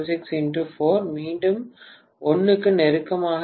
26 x4 மீண்டும் 1 க்கு நெருக்கமாக இருக்கும்